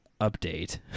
update